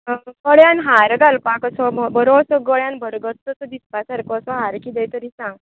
गळ्यांत हार घालपाक असो बरो गळ्यांत घडगच दिसपा सारको असो हार कितेंय तरी सांग